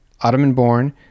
Ottoman-born